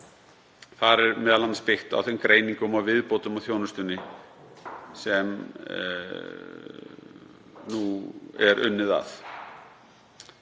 Þar er m.a. byggt á þeim greiningum og viðbótum á þjónustunni sem nú er unnið að.